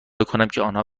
آنها